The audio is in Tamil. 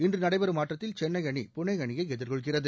இன்று நடைபெறும் ஆட்டத்தில் சென்னை அணி புனே அணியை எதிர்கொள்கிறது